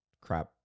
crap